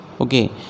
Okay